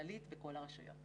כללית בכל הרשויות.